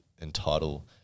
entitle